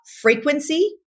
frequency